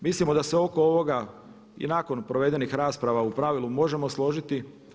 Mislimo da se oko ovoga i nakon provedenih rasprava u pravilu možemo složiti.